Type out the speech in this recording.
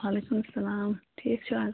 وَعلیکُم السَلام ٹھیٖک چھُو حظ